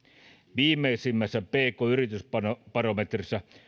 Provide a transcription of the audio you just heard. viimeisimmässä pk yritysbarometrissa